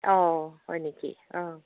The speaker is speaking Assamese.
অঁ হয় নেকি অঁ